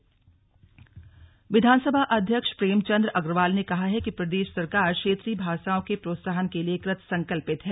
slug भाषा प्रोत्साहन विधानसभा अध्यक्ष प्रेमचंद अग्रवाल ने कहा है कि प्रदेश सरकार क्षेत्रीय भाषाओं के प्रोहत्साहन के लिए कृत संकल्पित है